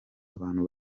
abantu